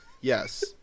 Yes